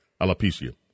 Alopecia